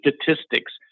statistics